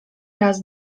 raz